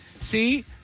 See